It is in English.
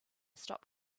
stop